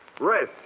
Rest